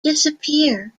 disappear